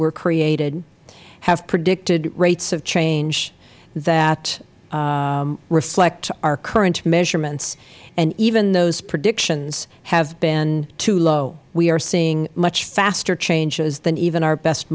were created have predicted rates of change that reflect our current measurements and even those predictions have been too low we are seeing much faster changes than even our best